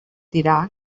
dirà